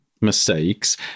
mistakes